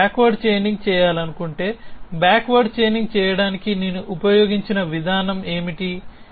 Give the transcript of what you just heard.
నేను backward chaining చేయాలనుకుంటే backward chaining చేయడానికి నేను ఉపయోగించిన విధానం ఏమిటి